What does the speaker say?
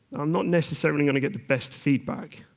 i'm not necessarily going to get the best feedback.